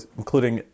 including